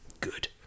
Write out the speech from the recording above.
Good